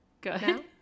Good